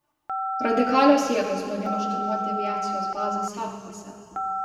radikalios jėgos mėgino šturmuoti aviacijos bazę sakuose